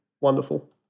wonderful